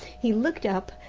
he looked up,